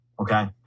Okay